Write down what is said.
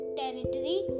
territory